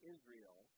Israel